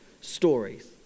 stories